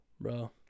bro